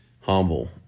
humble